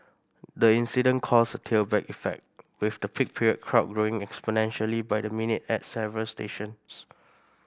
the incident caused a tailback effect with the peak period crowd growing exponentially by the minute at several stations